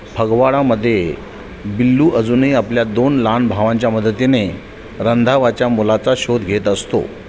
फगवाडामध्ये बिल्लू अजूनही आपल्या दोन लहान भावांच्या मदतीने रंधावाच्या मुलाचा शोध घेत असतो